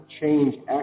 change